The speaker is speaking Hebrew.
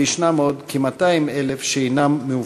וישנם עוד כ-200,000 שאינם מאובחנים.